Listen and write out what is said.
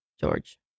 george